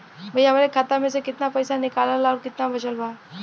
भईया हमरे खाता मे से कितना पइसा निकालल ह अउर कितना बचल बा?